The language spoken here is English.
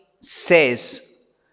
says